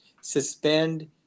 suspend